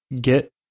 get